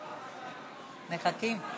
ונכנס לספר החוקים של מדינת ישראל.